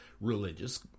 religious